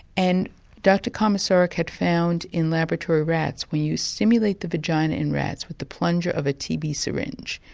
and dr komisaruk had found in laboratory rats, when you stimulate the vagina in rats with the plunger of a tb syringe.